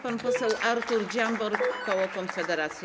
Pan poseł Artur Dziambor, koło Konfederacja.